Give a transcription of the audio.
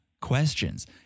questions